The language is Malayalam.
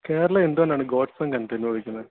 കേരളം എന്തുകൊണ്ടാണ് ഗോഡ്സ് ഓൺ കൺട്രിന്നു വിളിക്കുന്നത്